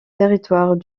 territoires